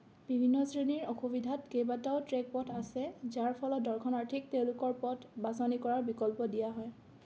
বিভিন্ন শ্ৰেণীৰ অসুবিধাত কেইবাটাও ট্ৰেক পথ আছে যাৰ ফলত দৰ্শনাৰ্থীক তেওঁলোকৰ পথ বাছনি কৰাৰ বিকল্প দিয়া হয়